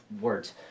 words